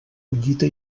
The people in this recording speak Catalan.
collita